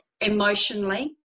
emotionally